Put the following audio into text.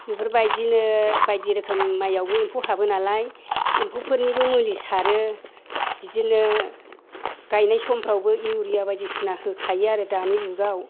बेफोरबायदिनो बायदि रोखोम माइआवबो एम्फौ हाबो नालाय एम्फौफोरनिबो मुलि सारो बिदिनो गायनाय समफोरावबो इउरिया बायदिसिना होखायो आरो दानि जुगाव